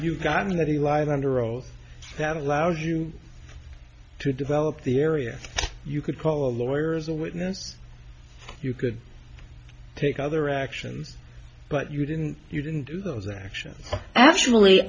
you've gotten that he lied under oath that allows you to develop the area you could call a lawyer as a witness you could take other actions but you didn't you didn't do those actions and actually